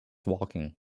walking